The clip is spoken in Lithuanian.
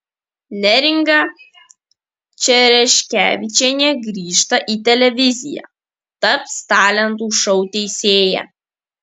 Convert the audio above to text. neringa čereškevičienė grįžta į televiziją taps talentų šou teisėja